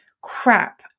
crap